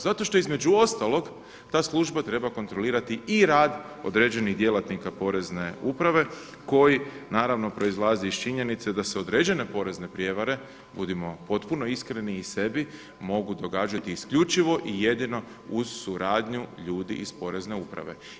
Zato što između ostalog ta služba treba kontrolirati i rad određenih djelatnika porezne uprave, koji naravno proizlazi iz činjenice da se određene porezne prijevare, budimo potpuno iskreni i sebi, mogu događati isključivo i jedino uz suradnju ljudi iz porezne uprave.